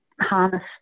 harness